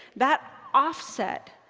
that offset,